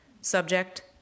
Subject